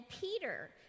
Peter